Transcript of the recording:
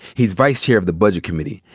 he's vice chair of the budget committee.